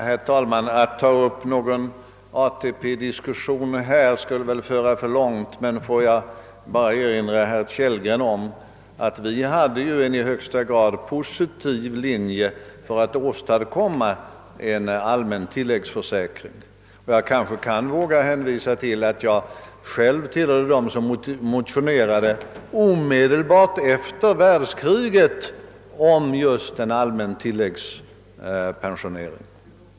Herr talman! Att ta upp en ATP-diskussion skulle väl föra för långt, men jag vill erinra herr Kellgren om att vi drev en i högsta grad positiv linje för att åstadkomma en allmän tilläggsförsäkring. Jag kanske kan våga hänvisa till att jag själv tillhörde dem som omedelbart efter världskriget motionerade om just en allmän tilläggspensionering.